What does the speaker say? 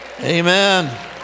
amen